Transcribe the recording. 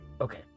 Okay